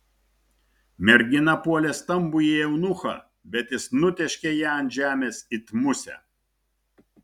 mergina puolė stambųjį eunuchą bet jis nutėškė ją ant žemės it musę